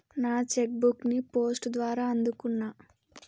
నా cheque book ని post ద్వారా అందుకున్నా